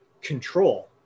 control